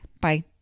Bye